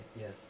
Yes